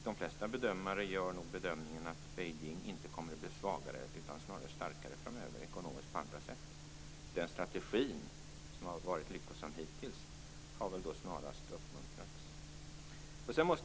De flesta bedömare tror nog att Beijing framöver inte kommer att bli svagare utan snarare starkare ekonomiskt och på andra sätt. Den strategi som hittills har varit lyckosam har snarast uppmuntrats.